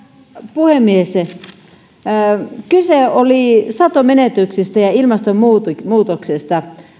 puhemies kyse oli satomenetyksistä ja ilmastonmuutoksesta